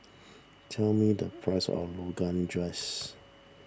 tell me the price of Rogan Josh